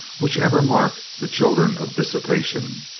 which ever mark the children of dissipation.